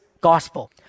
gospel